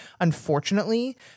unfortunately